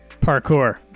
Parkour